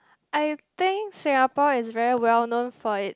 I think Singapore is very well known for it